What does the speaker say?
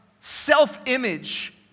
self-image